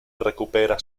recupera